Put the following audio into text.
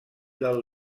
del